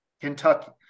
Kentucky